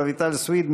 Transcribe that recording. רויטל סויד,